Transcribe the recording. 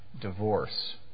divorce